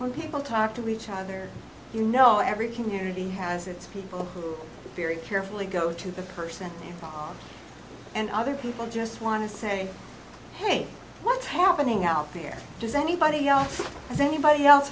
when people talk to each other you know every community has its people very carefully go to the person and other people just want to say hey what's happening out there does anybody else has anybody else